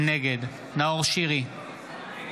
נגד נאור שירי,